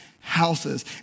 houses